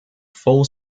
full